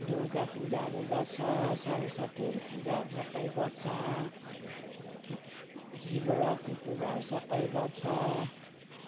दुर्गा पूजाहरू गर्छ सरस्वतीहरू पूजाहरू सबै गर्छ शिवरात्रि पूजाहरू सबै गर्छ